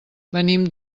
venim